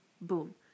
Boom